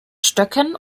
stöcken